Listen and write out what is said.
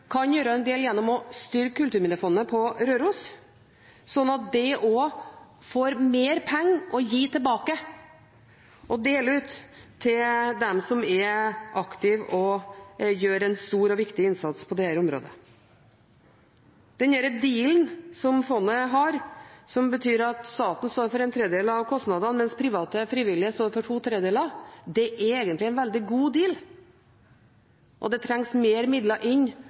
kan gjøre en del gjennom å styrke Kulturminnefondet på Røros, slik at det også får mer penger å gi tilbake og dele ut til dem som er aktive og gjør en stor og viktig innsats på dette området. Den dealen som fondet har, som betyr at staten står for en tredjedel av kostnadene, mens private og frivillige står for to tredjedeler, er egentlig en veldig god deal. Og det trengs mer midler inn